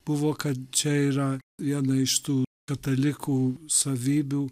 buvo kad čia yra viena iš tų katalikų savybių